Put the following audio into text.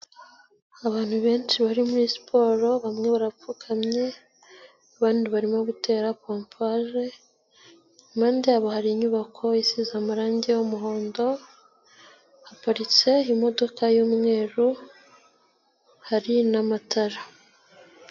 Abantu benshi bari muri siporo bamwe barapfukamye abandi barimo gutera pompaje, impande yabo hari inyubako isize amarangi y'umuhondo, haparitse imodoka y'umweru, hari n'amatara.